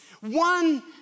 One